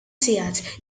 sigħat